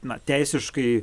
na teisiškai